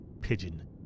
Pigeon